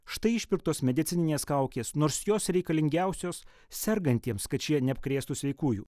štai išpirktos medicininės kaukės nors jos reikalingiausios sergantiems kad šie neapkrėstų sveikųjų